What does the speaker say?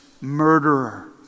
murderer